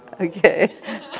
Okay